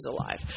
alive